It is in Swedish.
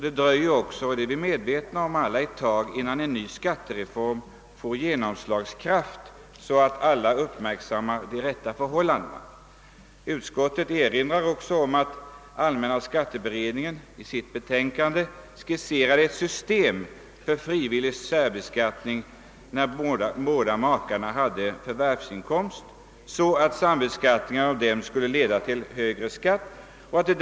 Det dröjer också, det är vi alla medvetna om, innan en ny skattereform får genomslagskraft, så att alla uppmärksammar de rätta förhållandena. Utskottet erinrar om att allmänna skatteberedningen i sitt betänkande skisserade ett system för frivillig särbeskattning, när båda makarna hade förvärvsinkomst och sambeskattning av dem skulle leda till högre skatt.